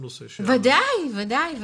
בוודאי.